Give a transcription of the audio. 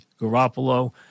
Garoppolo